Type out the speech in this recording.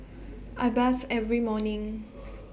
I bathe every morning